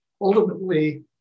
ultimately